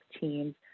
teams